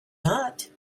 not